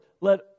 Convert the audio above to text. Let